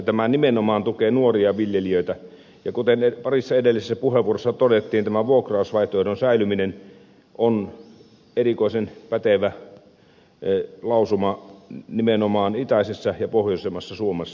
tämä nimenomaan tukee nuoria viljelijöitä ja kuten parissa edellisessä puheenvuorossa todettiin tämän vuokrausvaihtoehdon säilyminen on erikoisen pätevä lausuma nimenomaan itäisessä ja pohjoisemmassa suomessa